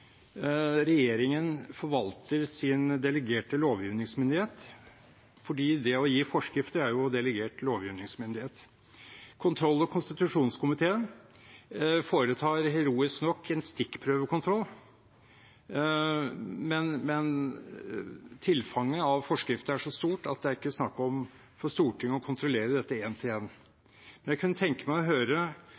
regjeringen forvalter sin delegerte lovgivningsmyndighet – for det å gi forskrifter er jo delegert lovgivningsmyndighet. Kontroll- og konstitusjonskomiteen foretar, heroisk nok, en stikkprøvekontroll, men tilfanget av forskrifter er så stort at det er ikke snakk om for Stortinget å kontrollere dette én til én. Jeg kunne tenke meg å høre